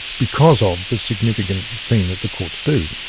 because of the significant thing that the courts do.